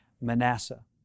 Manasseh